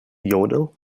yodel